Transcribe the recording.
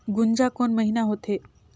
गुनजा कोन महीना होथे?